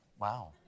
Wow